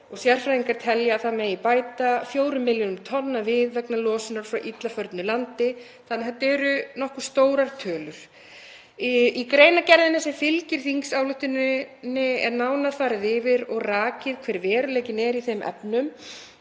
og sérfræðingar telja að það megi bæta 4 milljónum tonna við vegna losunar frá illa förnu landi. Þetta eru því nokkuð stórar tölur. Í greinargerð með þingsályktunartillögunni er nánar farið yfir og rakið hver veruleikinn er í þeim efnum